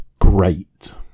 great